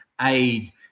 aid